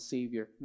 Savior